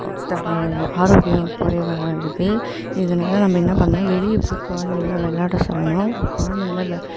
தகாத ஆரோக்கியம் குறைவா ஆகிருது இதனால் நம்ம என்ன பண்ணணும் வெளியே போய் குழந்தைகள விளாட சொல்லணும் உங்கள் குழந்தைகளை வெ